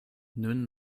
nun